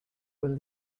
will